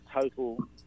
total